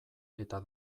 eta